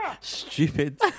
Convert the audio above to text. stupid